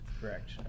Correct